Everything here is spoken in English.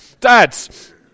dads